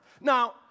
Now